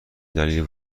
دلیل